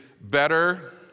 better